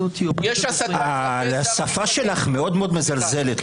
יש הסתה כלפי שר המשפטים --- השפה שלך מאוד מאוד מזלזלת,